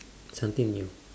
something new